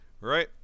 right